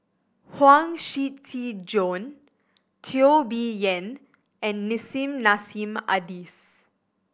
Huang Shiqi Joan Teo Bee Yen and Nissim Nassim Adis